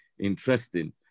interesting